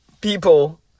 people